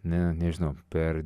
net nežinau per